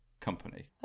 company